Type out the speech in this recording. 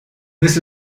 this